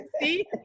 See